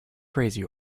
crazy